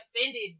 offended